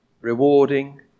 rewarding